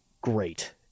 great